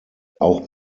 auch